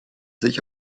sich